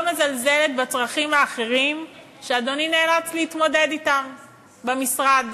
ואני לא מזלזלת בצרכים האחרים שאדוני נאלץ להתמודד אתם במשרד.